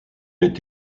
est